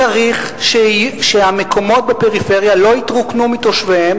צריך שהמקומות בפריפריה לא יתרוקנו מתושביהם